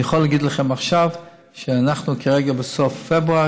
אני יכול להגיד לך שאנחנו כרגע בסוף פברואר,